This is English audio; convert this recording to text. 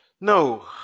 no